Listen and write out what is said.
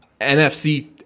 NFC